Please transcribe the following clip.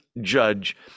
judge